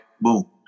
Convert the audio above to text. boom